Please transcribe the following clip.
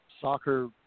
soccer